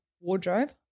wardrobe